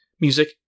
music